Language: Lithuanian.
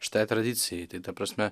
šiai tradicijai tai ta prasme